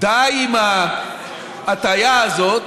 עם ההטעיה הזאת,